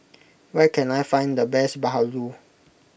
where can I find the best Bahulu